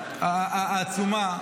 העצומה,